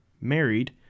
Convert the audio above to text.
married